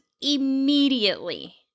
immediately